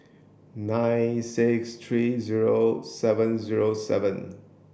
nine six three zero seven zero seven